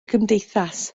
gymdeithas